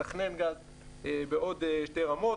מתכנן גז בעוד שתי רמות.